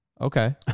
Okay